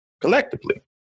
collectively